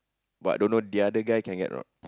but don't know the other guy can get or not